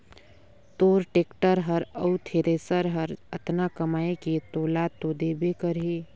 तोर टेक्टर हर अउ थेरेसर हर अतना कमाये के तोला तो देबे करही